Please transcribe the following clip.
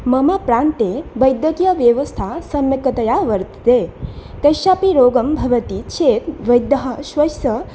मम प्रान्ते वैद्यकीयव्यवस्था सम्यक्तया वर्तते कस्यापि रोगः भवति चेत् वैद्यः स्वस्य